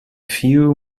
few